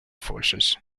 forces